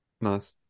Nice